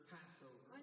Passover